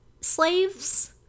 slaves